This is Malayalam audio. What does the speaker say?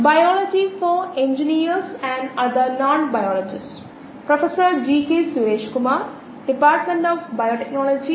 10 മണിക്കൂർ ദൈർഘ്യമുള്ള കോഴ്സായ ബയോറിയാക്ടറുകളെക്കുറിച്ചുള്ള NPTEL ഓൺലൈൻ സർട്ടിഫിക്കേഷൻ കോഴ്സിലെ പ്രഭാഷണം 4 ലേക്ക് സ്വാഗതം